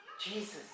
Jesus